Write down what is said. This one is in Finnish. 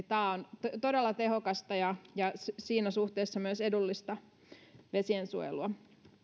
tämä on todella tehokasta ja ja siinä suhteessa myös edullista vesiensuojelua